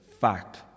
Fact